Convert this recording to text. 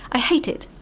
i hate it,